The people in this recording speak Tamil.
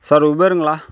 சார் உபேருங்களா